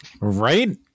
Right